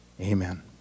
amen